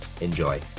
enjoy